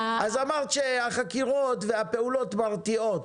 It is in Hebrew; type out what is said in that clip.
אמרת שהחקירות והפעולות מרתיעות.